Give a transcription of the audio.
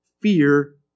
fear